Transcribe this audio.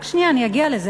רק שנייה, אני אגיע לזה.